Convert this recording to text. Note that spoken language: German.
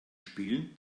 spielen